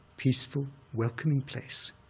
peaceful, welcoming place,